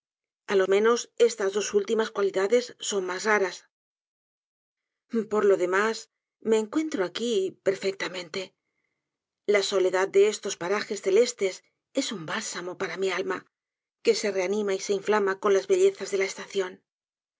á lo menos esta s dos últimas cualidades son mas raras por lo demás me encuentro aqui perfectamente la soledad de estos parajes celestes es un bálsamo para mi alma que se reanima y se inflama con las bellezas de la estacion